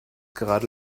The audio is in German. gerade